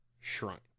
Shrunk